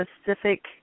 specific